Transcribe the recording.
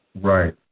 Right